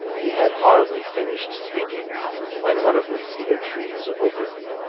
he had hardly finished speaking when one of the cedar trees opened,